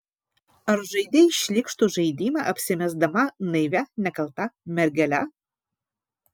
ar žaidei šlykštų žaidimą apsimesdama naivia nekalta mergele